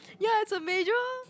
ya it's a major